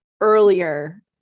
earlier